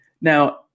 Now